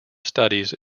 studies